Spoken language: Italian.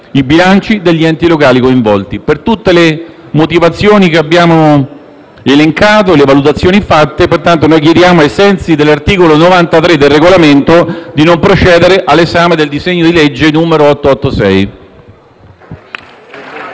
i bilanci degli enti locali coinvolti. Per tutte le motivazioni che abbiamo elencato e le valutazioni fatte, chiediamo, ai sensi dell'articolo 93 del Regolamento, di non procedere all'esame del disegno di legge n. 886.